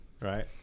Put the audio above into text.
right